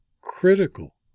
critical